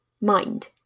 mind